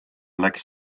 läks